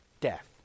death